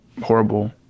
horrible